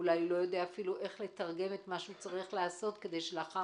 אולי אפילו לא יודע איך לתרגם את מה שצריך לעשות כדי שלאחר